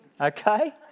Okay